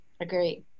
agree